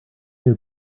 knew